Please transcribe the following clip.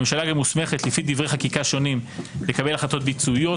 הממשלה מוסמכת לפי דברי חקיקה שונים לקבל החלטות ביצועיות,